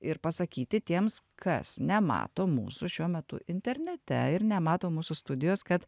ir pasakyti tiems kas nemato mūsų šiuo metu internete ir nemato mūsų studijos kad